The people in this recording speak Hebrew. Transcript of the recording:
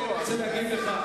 אני רוצה להגיד לך,